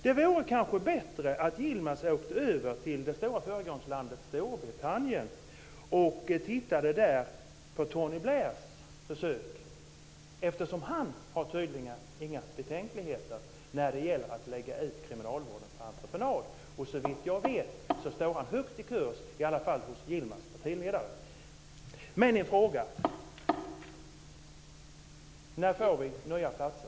Det vore kanske bättre om Yilmaz åkte över till det stora föregångslandet Storbritannien och tittade på Tony Blairs försök. Han har tydligen inga betänkligheter när det gäller att lägga ut kriminalvården på entreprenad. Såvitt jag vet står han högt i kurs, i alla fall hos Yilmaz partiledare. Men jag har en fråga: När får vi nya platser?